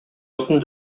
отун